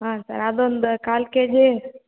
ಹಾಂ ಸರ್ ಅದೊಂದು ಕಾಲು ಕೆ ಜಿ